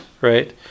Right